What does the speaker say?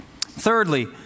Thirdly